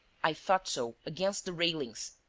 i thought so against the railings.